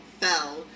fell